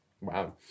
Wow